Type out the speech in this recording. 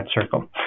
circle